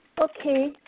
Okay